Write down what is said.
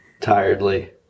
Tiredly